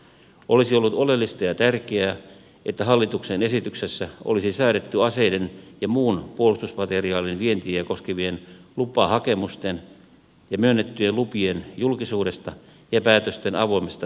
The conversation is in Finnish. olisi ollut oleellista ja tärkeää että hallituksen esityksessä olisi säädetty aseiden ja muun puolustusmateriaalin vientiä koskevien lupahakemusten ja myönnettyjen lupien julkisuudesta ja päätösten avoimesta saatavuudesta